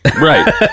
right